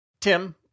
Tim